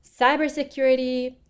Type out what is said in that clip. cybersecurity